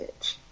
bitch